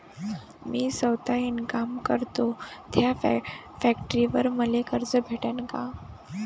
मी सौता इनकाम करतो थ्या फॅक्टरीवर मले कर्ज भेटन का?